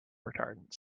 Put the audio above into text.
retardants